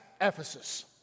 Ephesus